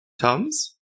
Tums